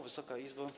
Wysoka Izbo!